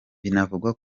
binavugwa